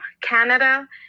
canada